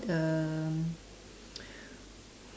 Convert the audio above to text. um